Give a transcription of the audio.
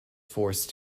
forced